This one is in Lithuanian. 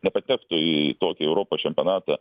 nepatektų į tokį europos čempionatą